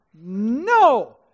No